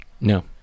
No